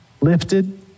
lifted